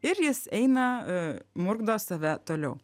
ir jis eina murkdo save toliau